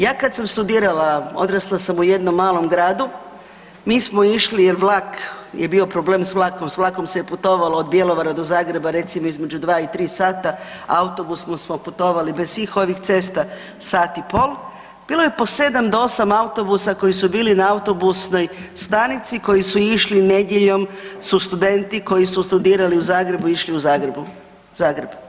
Ja kad sam studirala, odrasla sam u jednom malom gradu, mi smo išli jer vlak je bio problem s vlakom, s vlakom se je putovalo od Bjelovara do Zagreba recimo između dva i tri sata, autobusom smo putovali bez svih ovih cesta sat i pol, bilo je po sedam do osam autobusa koji su bili na autobusnoj stanici koji su išli nedjeljom su studenti koji su studirali u Zagrebu išli u Zagreb.